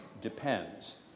depends